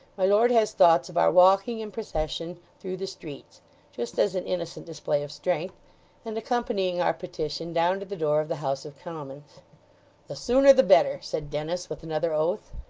my lord has thoughts of our walking in procession through the streets just as an innocent display of strength and accompanying our petition down to the door of the house of commons the sooner the better said dennis, with another oath.